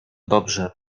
dobrze